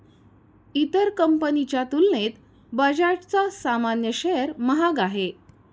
इतर कंपनीच्या तुलनेत बजाजचा सामान्य शेअर महाग आहे